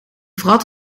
wrat